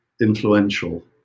influential